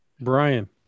Brian